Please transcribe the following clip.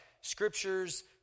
scriptures